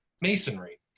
masonry